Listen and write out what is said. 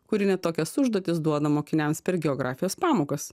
kuria net tokias užduotis duoną mokiniams per geografijos pamokas